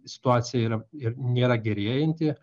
situacija yra ir nėra gerėjanti